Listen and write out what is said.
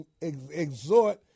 exhort